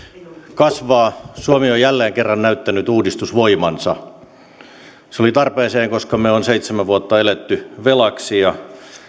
kasvaa suomi on jälleen kerran näyttänyt uudistusvoimansa se tuli tarpeeseen koska me olemme seitsemän vuotta eläneet velaksi ja